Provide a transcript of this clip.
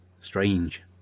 Strange